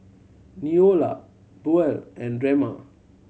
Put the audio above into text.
Neola Buel and Drema